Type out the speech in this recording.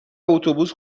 اتوبوس